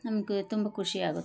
ನಮಗೆ ತುಂಬ ಖುಷಿಯಾಗುತ್ತೆ